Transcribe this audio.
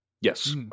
Yes